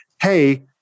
Hey